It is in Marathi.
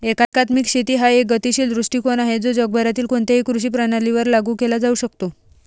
एकात्मिक शेती हा एक गतिशील दृष्टीकोन आहे जो जगभरातील कोणत्याही कृषी प्रणालीवर लागू केला जाऊ शकतो